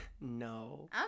No